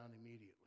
immediately